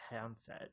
handset